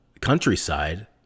countryside